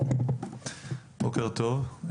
בוקר טוב,